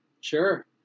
Sure